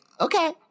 okay